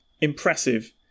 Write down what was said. impressive